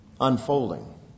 unfolding